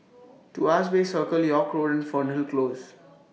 Tuas Bay Circle York Road and Fernhill Close